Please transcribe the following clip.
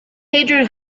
pedro